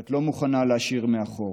את לא מוכנה להשאיר מאחור,